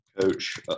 coach